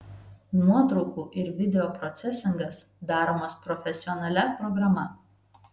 nuotraukų ir video procesingas daromas profesionalia programa